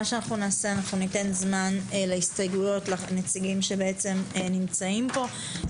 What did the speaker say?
אנחנו ניתן זמן לנציגים שנמצאים פה להתייחס להסתייגויות.